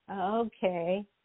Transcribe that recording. Okay